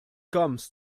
comes